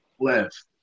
left